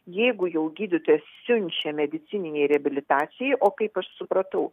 jeigu jau gydytojas siunčia medicininei reabilitacijai o kaip aš supratau